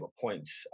points